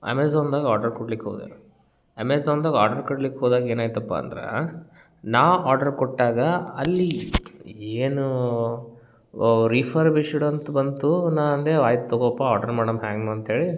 ಅಮೇಝಾನ್ದಾಗ order ಕೊಡ್ಲಿಕ್ಕೆ ಹೋದೆ ಅಮೇಝಾನ್ದಾಗ ಆರ್ಡ್ರ್ ಕೊಡ್ಲಿಕ್ಕೆ ಹೋದಾಗ ಏನಾಯಿತಪ್ಪ ಅಂದ್ರೆ ನಾ ಆರ್ಡ್ರ್ ಕೊಟ್ಟಾಗ ಅಲ್ಲಿ ಏನು ರಿಫರ್ಬಿಶ್ಡ್ ಅಂತ ಬಂತು ನಾ ಅಂದೆ ಆಯ್ತು ತಗೊಪ್ಪ ಆರ್ಡ್ರ್ ಮಾಡಣ್ ಹೇಗೂ ಅಂತ್ಹೇಳಿ